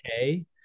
okay